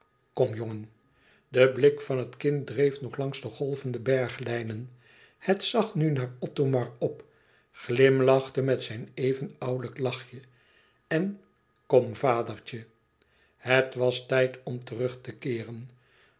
kom jongen de blik van het kind dreef nog langs de golvende berglijnen het zag nu naar othomar op glimlachte met zijn even ouwelijk lachje en kom vadertje het was tijd om terug te keeren